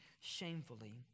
shamefully